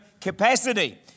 capacity